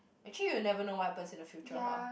actually you will never know what happens in the future lah